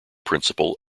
principle